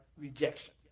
rejection